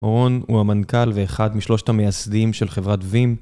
אורון הוא המנכ״ל ואחד משלושת המייסדים של חברת Veeam